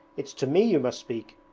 it's to me you must speak!